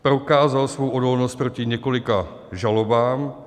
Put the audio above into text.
Prokázal svou odolnost proti několika žalobám.